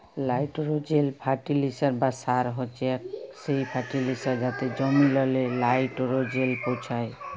লাইটোরোজেল ফার্টিলিসার বা সার হছে সেই ফার্টিলিসার যাতে জমিললে লাইটোরোজেল পৌঁছায়